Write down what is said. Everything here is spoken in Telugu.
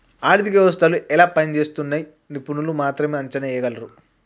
ఆర్థిక వ్యవస్థలు ఎలా పనిజేస్తున్నయ్యో నిపుణులు మాత్రమే అంచనా ఎయ్యగలరు